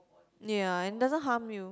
ya and doesn't harm you